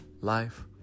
life